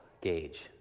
gauge